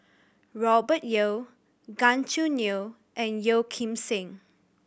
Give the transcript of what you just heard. Robert Yeo Gan Choo Neo and Yeo Kim Seng